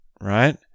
right